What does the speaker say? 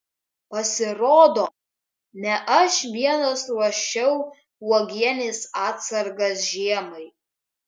pasirodo ne aš vienas ruošiau uogienės atsargas žiemai